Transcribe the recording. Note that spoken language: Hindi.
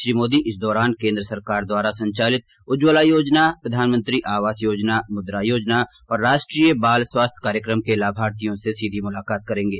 श्री मोदी इस दौरान केन्द्र सरकार द्वारा संचालित उज्ज्वला योजना प्रधानमंत्री आवास योजना मुद्रा योजना और राष्ट्रीय बाल स्वास्थ्य कार्यक्रम के लाभार्थियों से सीधी मुलाकात करेंगे